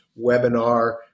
webinar